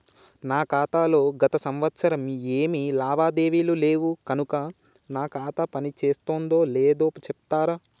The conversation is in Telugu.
నా ఖాతా లో గత సంవత్సరం ఏమి లావాదేవీలు లేవు కనుక నా ఖాతా పని చేస్తుందో లేదో చెప్తరా?